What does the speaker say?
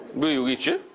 moon heejun!